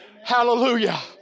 Hallelujah